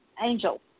angel